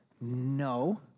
No